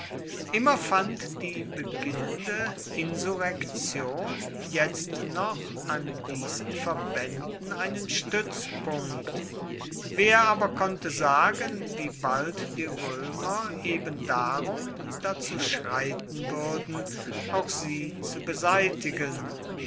immer fand die beginnende insurrektion jetzt noch an diesen verbänden einen stützpunkt wer aber konnte sagen wie bald die römer ebendarum dazu schreiten würden auch sie zu beseitigen